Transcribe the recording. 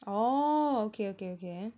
oh okay okay okay ah